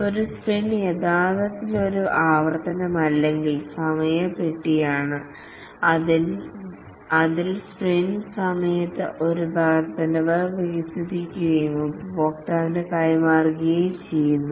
ഒരു സ്പ്രിന്റ് യഥാർത്ഥത്തിൽ ഒരു ആവർത്തനം അല്ലെങ്കിൽ സമയപെട്ടിയാണ് അതിൽ സ്പ്രിന്റ് സമയത്ത് ഒരു വർദ്ധനവ് വികസിപ്പിക്കുകയും ഉപഭോക്താവിന് കൈമാറുകയും ചെയ്യുന്നു